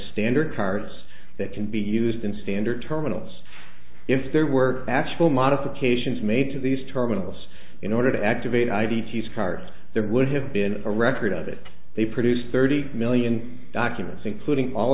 standard cards that can be used in standard terminals if there were actual modifications made to these terminals in order to activate id tease cards there would have been a record of it they produced thirty million documents including all